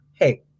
hey